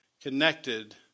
connected